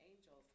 angels